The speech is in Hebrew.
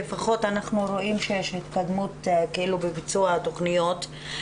לפחות אנחנו רואים שיש התקדמות בביצוע התוכניות.